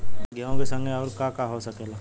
गेहूँ के संगे आऊर का का हो सकेला?